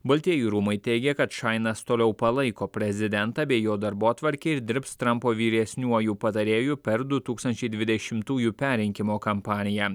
baltieji rūmai teigia kad šainas toliau palaiko prezidentą bei jo darbotvarkę ir dirbs trampo vyresniuoju patarėju per du tūkstančiai dvidešimtųjų perrinkimo kampaniją